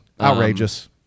Outrageous